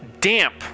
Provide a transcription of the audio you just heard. damp